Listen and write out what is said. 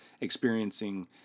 experiencing